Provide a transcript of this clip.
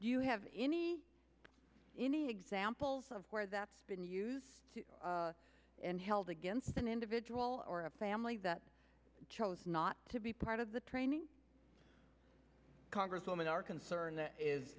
do you have any any examples of where that's been used and held against an individual or a family that chose not to be part of the training congresswoman are concern